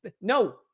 No